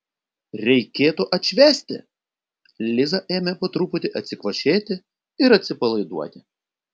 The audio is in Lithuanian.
reikėtų atšvęsti liza ėmė po truputį atsikvošėti ir atsipalaiduoti